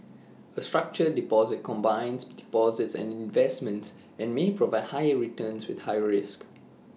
A structured deposit combines deposits and investments and may provide higher returns with higher risks